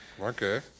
Okay